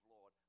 Lord